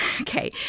okay